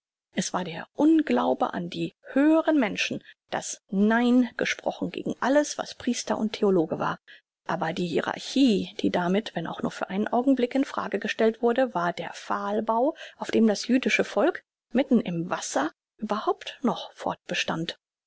es war der unglaube an die höheren menschen das nein gesprochen gegen alles was priester und theologe war aber die hierarchie die damit wenn auch nur für einen augenblick in frage gestellt wurde war der pfahlbau auf dem das jüdische volk mitten im wasser überhaupt noch fortbestand